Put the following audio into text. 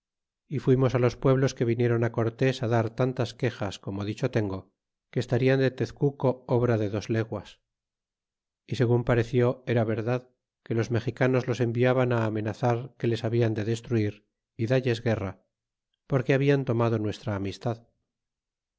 y fuimos los pueblos que viniéron cortés dar tantas quejas cómo dieho tengo que estarian de tezcuco obra de dos leguas y segun pareció era verdad que los mexicanos los enviaban amenazar que es hablan de destruir y dalles guerra porque hablan tomado nuestra amistad